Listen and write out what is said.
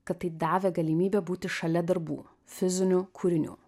kad tai davė galimybę būti šalia darbų fizinių kūrinių